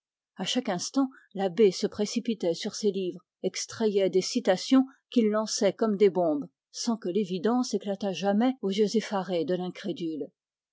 à chaque instant l'abbé se précipitait sur ses livres extrayait des citations qu'il lançait comme des bombes sans que l'évidence éclatât jamais aux yeux effarés de